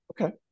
Okay